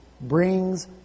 brings